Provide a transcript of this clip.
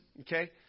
okay